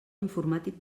informàtic